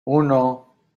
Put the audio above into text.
uno